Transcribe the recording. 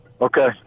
Okay